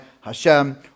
Hashem